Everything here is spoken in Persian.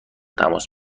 تماس